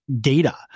data